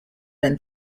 been